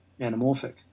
anamorphic